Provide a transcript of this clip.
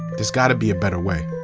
there's gotta be a better way.